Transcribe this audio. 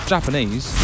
Japanese